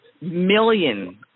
million